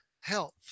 health